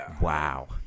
Wow